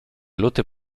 luty